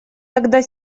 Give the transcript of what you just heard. тогда